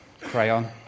crayon